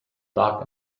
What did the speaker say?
dark